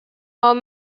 are